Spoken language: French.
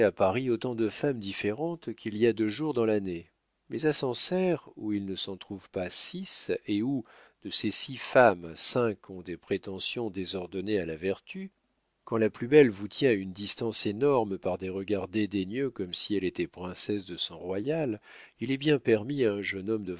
à paris autant de femmes différentes qu'il y a de jours dans l'année mais à sancerre où il ne s'en trouve pas six et où de ces six femmes cinq ont des prétentions désordonnées à la vertu quand la plus belle vous tient à une distance énorme par des regards dédaigneux comme si elle était princesse de sang royal il est bien permis à un jeune homme de